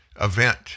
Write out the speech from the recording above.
event